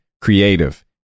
creative